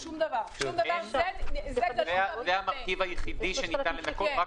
זה המרכיב היחיד שבגינו ניתן לנכות?